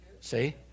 See